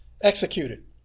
executed